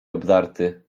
obdarty